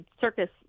circus